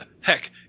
Heck